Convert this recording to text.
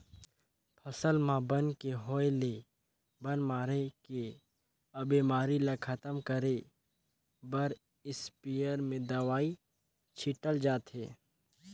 फसल म बन के होय ले बन मारे के अउ बेमारी ल खतम करे बर इस्पेयर में दवई छिटल जाथे